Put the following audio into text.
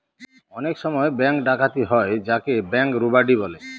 অনেক সময় ব্যাঙ্ক ডাকাতি হয় যাকে ব্যাঙ্ক রোবাড়ি বলে